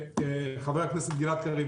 חבר הכנסת גלעד קריב,